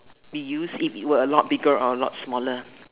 be used if it were a lot bigger or a lot smaller